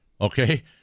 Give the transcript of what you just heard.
Okay